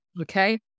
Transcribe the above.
Okay